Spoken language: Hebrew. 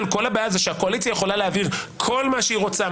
כל הבעיה היא שהקואליציה יכולה להעביר כל מה שהיא רוצה,